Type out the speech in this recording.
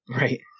Right